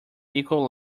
equal